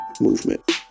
movement